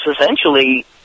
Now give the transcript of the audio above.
essentially